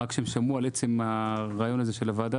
רק שהם שמעו על עצם הרעיון הזה של הוועדה